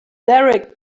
derek